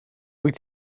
wyt